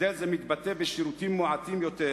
הבדל זה מתבטא בשירותים מעטים יותר,